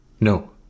No